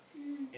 mm